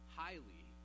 highly